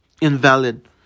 Invalid